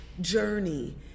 journey